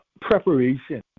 preparation